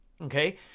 okay